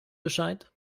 bescheid